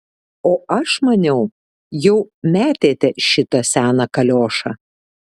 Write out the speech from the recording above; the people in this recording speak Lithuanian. o aš maniau jau metėte šitą seną kaliošą